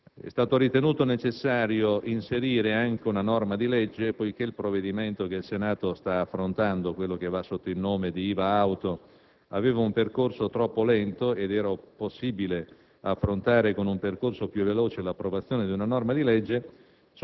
si è ritenuto necessario emanare anche una norma di legge. Ebbene, poiché il provvedimento all'esame del Senato - quello che va sotto il nome di IVA auto - aveva un percorso troppo lento ed era possibile affrontare con un percorso più veloce l'approvazione di una norma di legge,